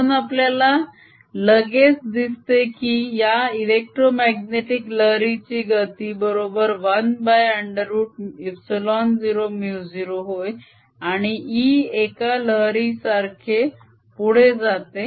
म्हणून आपल्याला लगेच दिसते की या इलेक्ट्रोमाग्नेटीक लहरीची गती बरोबर 1√ε0μ0 होय आणि E एका लहरीसारखे पुढे जाते